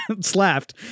slapped